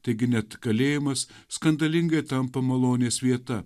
taigi net kalėjimas skandalingai tampa malonės vieta